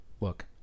Look